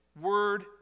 word